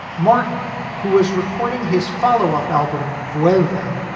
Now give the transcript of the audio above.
martin, who was recording his follow up album velvet,